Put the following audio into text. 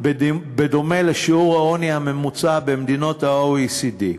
בדומה לשיעור העוני הממוצע במדינות ה-OECD.